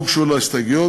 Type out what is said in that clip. לא הוגשו לה הסתייגויות.